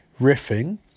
riffing